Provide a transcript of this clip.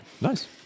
Nice